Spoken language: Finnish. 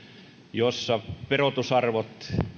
jossa verotusarvot